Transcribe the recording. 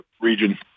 region